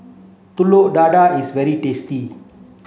Telur Dadah is very tasty